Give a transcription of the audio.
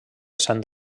sant